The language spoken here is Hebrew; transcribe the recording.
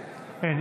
אין.